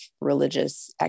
religious